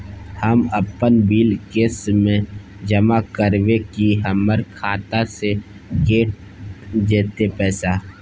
हम अपन bill cash म जमा करबै की हमर खाता स कैट जेतै पैसा?